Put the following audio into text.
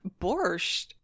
Borscht